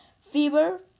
fever